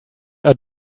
are